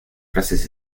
frases